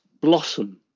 blossom